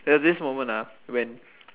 there was this moment ah when